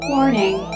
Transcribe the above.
Warning